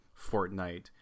Fortnite